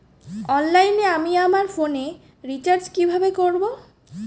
অনলাইনে আমি আমার ফোনে রিচার্জ কিভাবে করব?